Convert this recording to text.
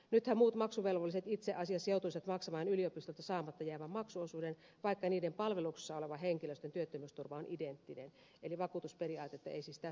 nythän muut maksuvelvolliset itse asiassa joutuisivat maksamaan yliopistoilta saamatta jäävän maksuosuuden vaikka niiden palveluksessa olevan henkilöstön työttömyysturva on identtinen eli vakuutusperiaatetta ei siis tässä sovelleta